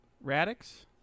Radix